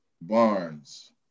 Barnes